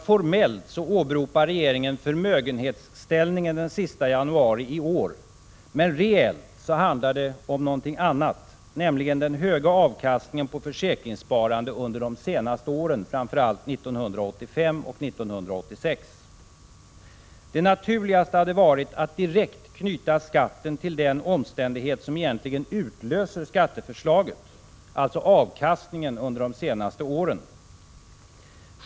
Formellt åberopar regeringen förmögenhetsställningen den sista januari i år, men reellt handlar det om något annat, nämligen den höga avkastningen på försäkringssparande under de senaste åren, framför allt 1985 och 1986. Det naturligaste hade varit att direkt knyta skatten till den omständighet 51 som egentligen utlöser skatteförslaget, alltså avkastningen under de senaste åren.